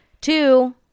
two